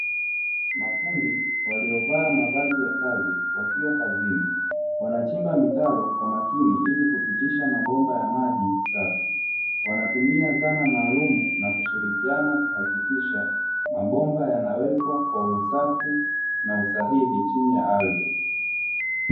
Mafundi waliovaa mavazi ya kazi wakiwa kazini wanachimba mitaro kwa makini ili kupitisha mabomba ya maji safi, wanatumia zana maalum na kushirikiana kuhakikisha mabomba yanawekwa kwa usafi na usahihi chini ya ardhi.